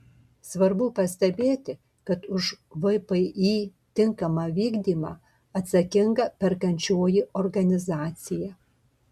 svarbu pastebėti kad už vpį tinkamą vykdymą atsakinga perkančioji organizacija